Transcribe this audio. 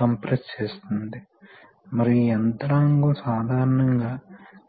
కాబట్టి proportional solenoids సాధారణంగా